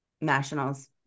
nationals